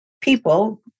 people